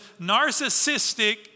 narcissistic